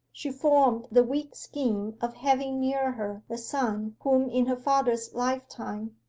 she formed the weak scheme of having near her the son whom, in her father's life-time,